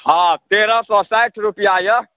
हँ तेरह सओ साठि रुपैआ अइ